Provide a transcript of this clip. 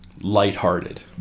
lighthearted